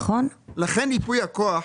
לכן ייפוי הכוח,